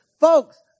Folks